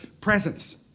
presence